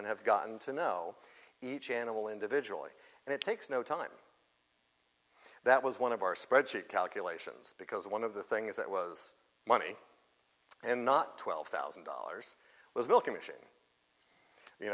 and have gotten to know each animal individually and it takes no time that was one of our spreadsheet calculations because one of the things that was money and not twelve thousand dollars was milking machine you